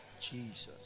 Jesus